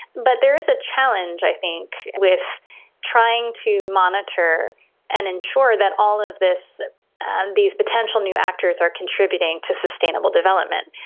but there is a challenge i think with trying to monitor and ensure that all of these potential new actors are contributing to sustainable development.